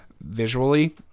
Visually